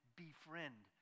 befriend